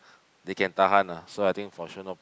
they can tahan ah so I think for sure no